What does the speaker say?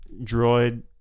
droid